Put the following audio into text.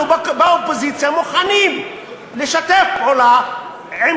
אנחנו באופוזיציה מוכנים לשתף פעולה עם